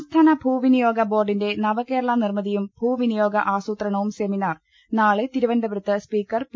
സംസ്ഥാന ഭൂവിനിയോഗ ബോർഡിന്റെ നവകേരള നിർമ്മി തിയും ഭൂവിനിയോഗ ആസൂത്രണവും സെമിനാർ നാളെ തിരുവ നന്തപുരത്ത് സ്പീക്കർ പി